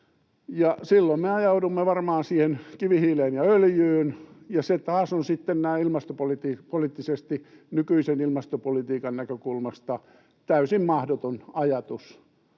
Silloin me ajaudumme varmaan kivihiileen ja öljyyn. Ja se taas on sitten ilmastopoliittisesti, nykyisen ilmastopolitiikan näkökulmasta, täysin mahdoton ajatus,